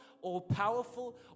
all-powerful